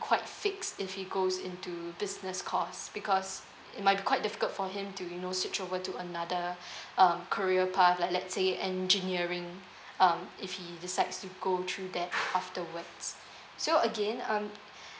quite fixed if he goes into business course because it might be quite difficult for him to you know switch over to another um career part like let's say engineering um if he decides to go through that afterwards so again um